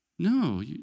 No